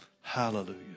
Hallelujah